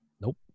nope